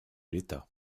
l’état